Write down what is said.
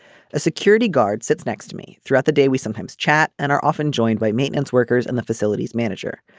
a security guard sits next to me throughout the day we sometimes chat and are often joined by maintenance workers and the facilities manager.